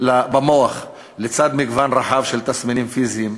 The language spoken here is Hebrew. במוח לצד מגוון רחב של תסמינים פיזיים.